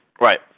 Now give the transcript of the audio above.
Right